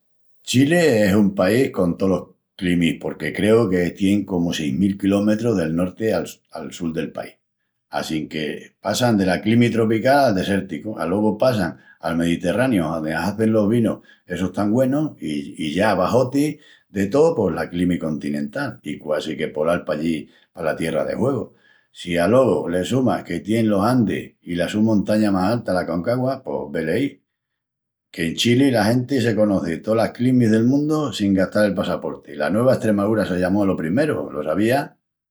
Chili es un país con tolos climis porque creu que tien comu seis mil kilometrus del norti del país al sul. Assinque passan dela climi tropical al desérticu, alogu passan al mediterraniu ondi hazin los vinus essus tan güenus i ya abaxoti de tó pos la climi continental i quasi que polal pallí pala Tierra del Huegu. Si alogu le sumas que tien los Andis i la su montaña más alta, l'Aconcagua, pos veleí, que en Chili la genti se conoci tolos climis del mundu sin gastal el passaporti. La Nueva Estremaúra se llamó alo primeru, lo sabías?